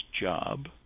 job